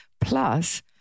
Plus